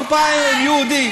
חופה עם יהודי.